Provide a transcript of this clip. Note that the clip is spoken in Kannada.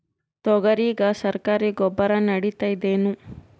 ತೊಗರಿಗ ಸರಕಾರಿ ಗೊಬ್ಬರ ನಡಿತೈದೇನು?